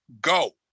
Go